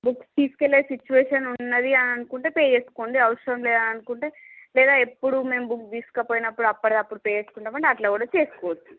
books తీసుకెళ్ళే situation ఉన్నది అని అనుకుంటే పే చేసుకోండి అవసరం లేదు అనుకుంటే లేదా ఎప్పుడు మేము బుక్ తీసుకొనిపోయినప్పుడు అప్పుడిది అప్పుడు పే చేసుకుంటాం అంటే అలా కూడ చేసుకోవచ్చు